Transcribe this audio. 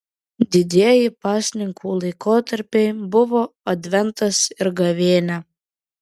didieji pasninkų laikotarpiai buvo adventas ir gavėnia